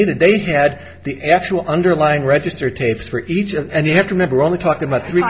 needed they had the actual underlying register tapes for each and you have to remember only talking about three